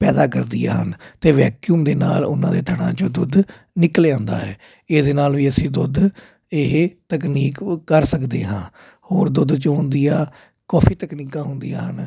ਪੈਦਾ ਕਰਦੀਆਂ ਅਤੇ ਵੈਕਿਊਮ ਦੇ ਨਾਲ ਉਹਨਾਂ ਦੇ ਥਣਾਂ ਚੋਂ ਦੁੱਧ ਨਿਕਲਿਆ ਆਉਂਦਾ ਹੈ ਇਹਦੇ ਨਾਲ ਵੀ ਅਸੀਂ ਦੁੱਧ ਇਹ ਤਕਨੀਕ ਕਰ ਸਕਦੇ ਹਾਂ ਹੋਰ ਦੁੱਧ ਚੋਣ ਦੀਆਂ ਕਾਫੀ ਤਕਨੀਕਾਂ ਹੁੰਦੀਆਂ ਹਨ